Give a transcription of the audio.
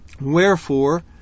wherefore